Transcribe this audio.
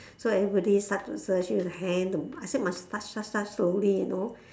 so everybody start to search use the hand to I say must touch touch touch slowly you know